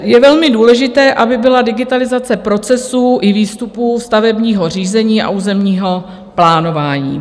Je velmi důležité, aby byla digitalizace procesů i výstupů stavebního řízení a územního plánování.